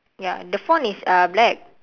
ya the font is uh black